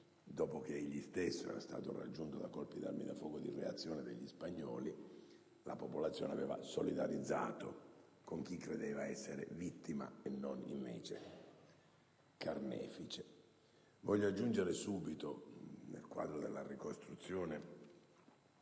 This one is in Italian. dopo che egli stesso era stato raggiunto da colpi di arma da fuoco di reazione da parte degli spagnoli, la popolazione aveva solidarizzato con chi credeva essere vittima e non invece carnefice. Nel quadro della ricostruzione